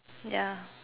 yeah